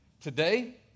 today